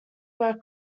were